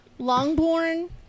Longborn